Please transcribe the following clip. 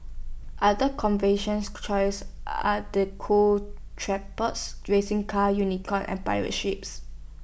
other choices are the cool tripods racing car unicorn and pirate ships